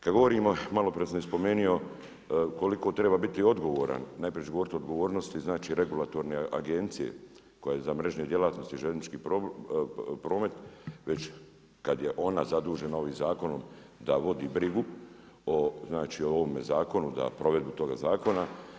Kada govorimo, malo prije sam već spomenuo koliko treba biti odgovoran, najprije ću govoriti o odgovornosti, znači regulatorne agencije koje za mrežne djelatnosti, željeznički promet već kada je ona zadužena ovim zakonom da vodi brigu znači o ovome zakonu, na provedbu toga zakona.